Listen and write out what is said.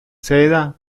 seda